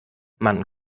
man